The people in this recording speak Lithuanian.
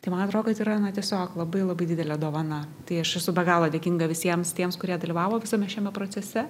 tai man atro kad yra tiesiog labai labai didelė dovana tai aš esu be galo dėkinga visiems tiems kurie dalyvavo visame šiame procese